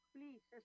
Please